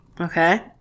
Okay